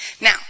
Now